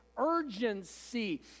urgency